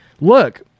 Look